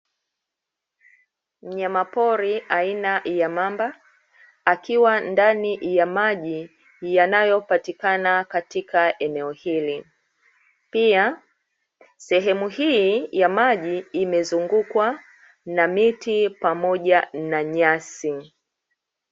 Mnyamapori aina ya mamba akiwa ndani ya maji yanayopatikana katika eneo hili. Pia, sehemu hii ya maji imezungukwa na miti, pamoja na nyasi.